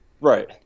Right